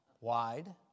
wide